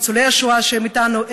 ניצולי השואה שהם איתנו,